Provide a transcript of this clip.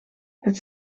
het